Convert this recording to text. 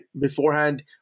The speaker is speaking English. beforehand